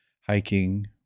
hiking